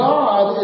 God